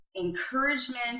encouragement